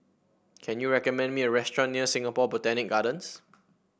can you recommend me a restaurant near Singapore Botanic Gardens